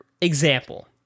Example